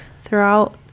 throughout